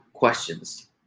Questions